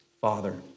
Father